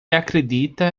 acredita